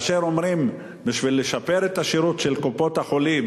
אומרים: בשביל לשפר את השירות של קופות-החולים